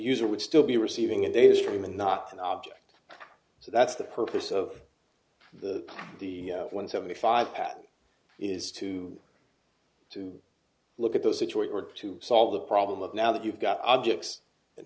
user would still be receiving a data stream and not an object so that's the purpose of the the one seventy five pattern is to to look at the scituate or to solve the problem of now that you've got objects and